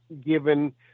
given